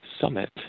Summit